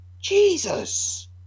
Jesus